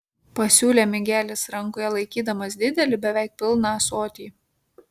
pasiūlė migelis rankoje laikydamas didelį beveik pilną ąsotį